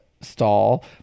stall